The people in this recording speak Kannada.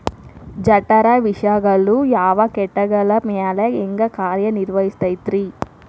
ಜಠರ ವಿಷಗಳು ಯಾವ ಕೇಟಗಳ ಮ್ಯಾಲೆ ಹ್ಯಾಂಗ ಕಾರ್ಯ ನಿರ್ವಹಿಸತೈತ್ರಿ?